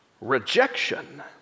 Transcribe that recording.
rejection